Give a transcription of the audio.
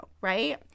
right